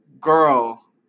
girl